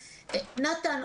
נתן,